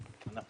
זה